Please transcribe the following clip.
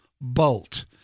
Bolt